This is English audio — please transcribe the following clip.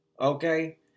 Okay